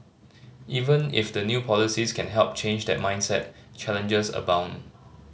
even if the new policies can help change that mindset challenges abound